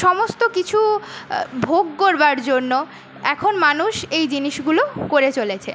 সমস্ত কিছু ভোগ করবার জন্য এখন মানুষ এই জিনিসগুলো করে চলেছে